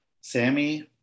Sammy